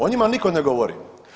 O njima nitko ne govori.